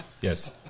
Yes